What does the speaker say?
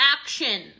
action